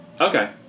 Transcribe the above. Okay